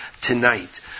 tonight